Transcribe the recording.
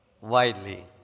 widely